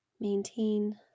Maintain